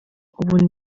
ubu